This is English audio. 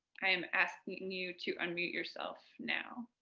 i'm asking you to unmute yourself now.